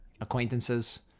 acquaintances